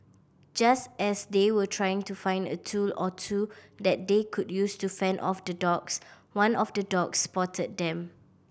just as they were trying to find a tool or two that they could use to fend off the dogs one of the dogs spotted them